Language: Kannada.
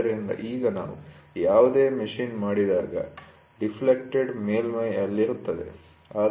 ಆದ್ದರಿಂದ ಈಗ ನಾವು ಯಾವುದೇ ಮಷೀನ್ ಮಾಡಿದಾಗ ಡಿಫ್ಲೆಕೆಟ್ಡ್ ಮೇಲ್ಮೈ ಅಲ್ಲಿರುತ್ತದೆ